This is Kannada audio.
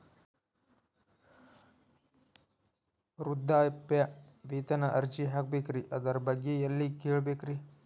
ವೃದ್ಧಾಪ್ಯವೇತನ ಅರ್ಜಿ ಹಾಕಬೇಕ್ರಿ ಅದರ ಬಗ್ಗೆ ಎಲ್ಲಿ ಕೇಳಬೇಕ್ರಿ?